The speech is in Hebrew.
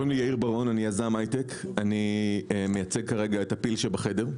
אני יזם הייטק, אני מייצג כרגע את "הפיל שבחדר",